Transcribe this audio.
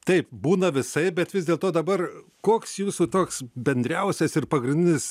taip būna visaip bet vis dėlto dabar koks jūsų toks bendriausias ir pagrindinis